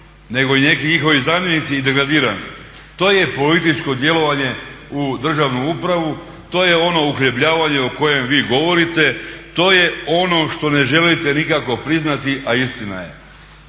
nego i neki njihovi zamjenici degradirani. To je političko djelovanje u državnu upravu, to je ono uhljebljivanje o kojem vi govorite, to je ono što ne želite nikako priznati, a istina je.